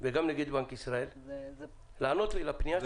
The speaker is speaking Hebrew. וגם נגיד בנק ישראל יהיו אמיצים להיענות לפנייה שלי.